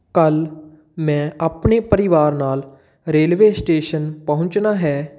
ਕੱਲ੍ਹ ਮੈਂ ਆਪਣੇ ਪਰਿਵਾਰ ਨਾਲ ਰੇਲਵੇ ਸਟੇਸ਼ਨ ਪਹੁੰਚਣਾ ਹੈ